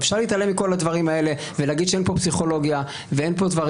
אפשר להתעלם מכל הדברים האלה ולהגיד שאין פה פסיכולוגיה ואין פה דברים.